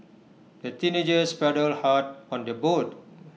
the teenagers paddled hard on their boat